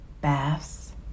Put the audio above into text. baths